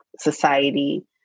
society